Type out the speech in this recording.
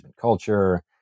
culture